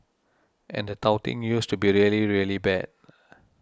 and the touting used to be really really bad